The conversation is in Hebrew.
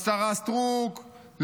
לשרה סטרוק,